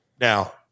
Now